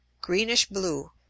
greenish-blue